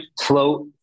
float